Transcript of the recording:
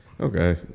okay